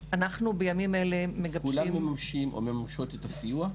בימים אלה אנחנו מגבשים --- כולם מממשים או מממשות את הסיוע?